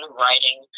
writing